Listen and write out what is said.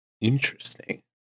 Interesting